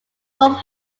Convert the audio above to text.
wolff